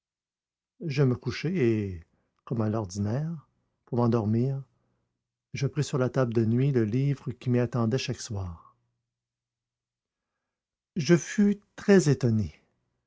je me couchai et comme à l'ordinaire pour m'endormir je pris sur la table de nuit le livre qui m'y attendait chaque soir je fus très étonné